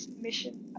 mission